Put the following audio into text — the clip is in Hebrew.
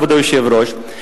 כבוד היושב-ראש,